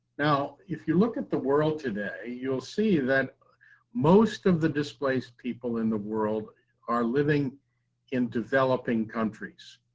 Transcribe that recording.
now, if you look at the world today, you'll see that most of the displaced people in the world are living in developing countries,